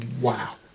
wow